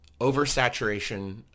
oversaturation